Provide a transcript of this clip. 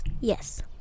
Yes